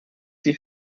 die